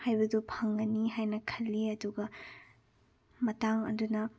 ꯍꯥꯏꯕꯗꯨ ꯐꯪꯒꯅꯤ ꯍꯥꯏꯅ ꯈꯜꯂꯤ ꯑꯗꯨꯒ ꯃꯇꯥꯡ ꯑꯗꯨꯅ